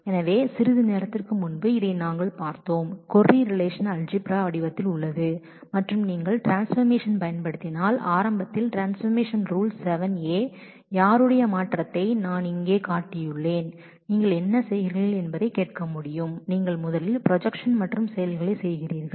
எனவே சிறிது நேரத்திற்கு முன்பு இதை நாங்கள் பார்த்தோம் ஒரு கொரி ரிலேஷன் அல்ஜீப்ரா வடிவத்தில் உள்ளது மற்றும் நீங்கள் ட்ரான்ஸ்பர்மேஷன் பயன்படுத்தினால் ஆரம்பத்தில் ட்ரான்ஸ்பர்மேஷன் ரூல்ஸ் 7a யாருடைய ட்ரான்ஸ்பர்மேஷன் நான் இங்கே காட்டியுள்ளேன் நீங்கள் என்ன செய்கிறீர்கள் என்பதைக் கேட்க முடியும் நீங்கள் முதலில் கற்பிப்பதின் ஜாயின் மற்றும் கோர்ஸ் இன் ப்ரொஜெக்ஷன் செய்கிறீர்கள்